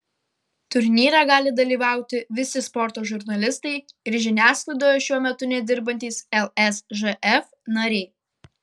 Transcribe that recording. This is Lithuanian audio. turnyre gali dalyvauti visi sporto žurnalistai ir žiniasklaidoje šiuo metu nedirbantys lsžf nariai